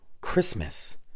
Christmas